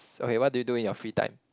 so what do you do in your free time